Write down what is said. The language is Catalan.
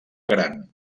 gran